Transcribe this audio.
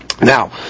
Now